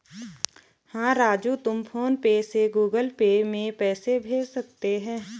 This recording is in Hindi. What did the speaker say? हां राजू तुम फ़ोन पे से गुगल पे में पैसे भेज सकते हैं